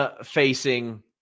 facing